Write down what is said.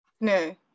No